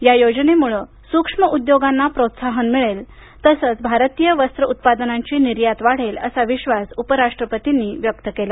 या योजनेमुळे सूक्ष्म उद्योगांना प्रोत्साहन मिळेल तसंच भारतीय वस्त्र उत्पादनांची निर्यात वाढेल असा विश्वास उपराष्ट्रपतींनी व्यक्त केला